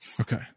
Okay